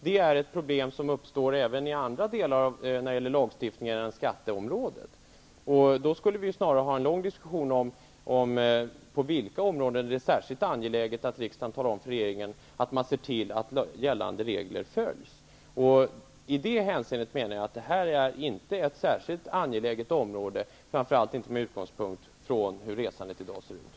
Det är ett problem som uppstår även när det gäller andra delar av lagstiftningen än skatteområdet. Vi skulle då snarare föra en lång diskussion om på vilka områden det är särskilt angeläget att riksdagen talar om för regeringen att den skall se till att gällande regler följs. Jag menar att detta inte är ett särskilt angeläget område i det hänseendet, framför allt inte med hänsyn till hur resandet i dag ser ut.